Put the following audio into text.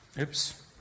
Oops